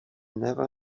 never